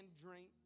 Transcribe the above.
drink